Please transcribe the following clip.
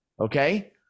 Okay